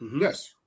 yes